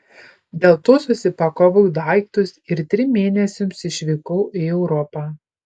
dėl to susipakavau daiktus ir trim mėnesiams išvykau į europą